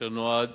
ואשר נועד